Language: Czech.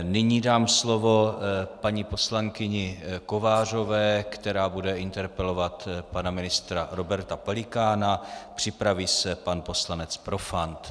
Nyní dám slovo paní poslankyni Kovářové, která bude interpelovat pana ministra Roberta Pelikána, připraví se pan poslanec Profant.